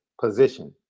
position